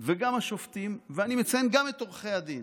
וגם השופטים, ואני מציין גם את עורכי הדין,